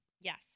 Yes